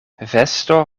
vesto